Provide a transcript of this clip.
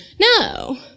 No